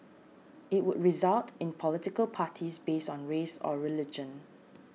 it would result in political parties based on race or religion